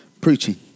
preaching